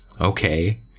okay